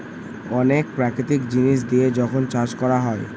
অনেক প্রাকৃতিক জিনিস দিয়ে যখন চাষ করা হয়